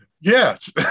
Yes